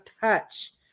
touch